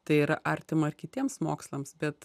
tai yra artima ir kitiems mokslams bet